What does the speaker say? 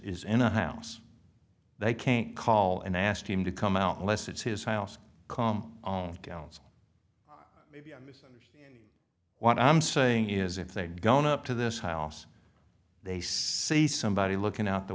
is in a house they can't call and ask him to come out unless it's his house come on council maybe i misunderstood what i'm saying is if they've gone up to this house they see somebody looking out the